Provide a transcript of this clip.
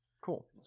Cool